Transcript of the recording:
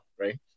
right